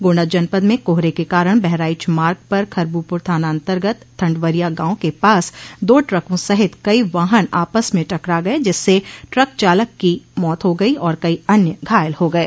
गोण्डा जनपद में कोहरे के कारण बहराइच मार्ग पर खरबूपुर थाना अन्तर्गत ठंडवरिया गांव के पास दो ट्रकों सहित कई वाहन आपस में टकरा गये जिससे ट्रक चालक की मौत हो गई और कई अन्य घायल हो गये